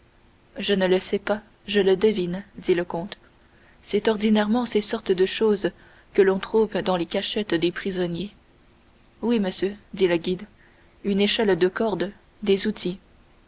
je ne le sais pas je le devine dit le comte c'est ordinairement ces sortes de choses que l'on trouve dans les cachettes des prisonniers oui monsieur dit le guide une échelle de corde des outils